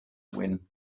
win